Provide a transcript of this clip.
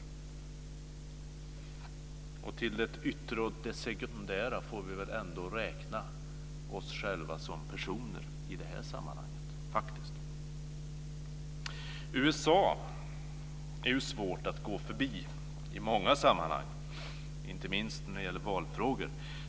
Till det yttre och sekundära får vi väl ändå räkna oss själva som personer i det här sammanhanget. Det är i många sammanhang svårt att gå förbi USA, inte minst när det gäller valfrågor.